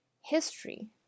History